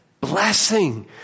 blessing